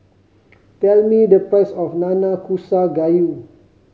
tell me the price of Nanakusa Gayu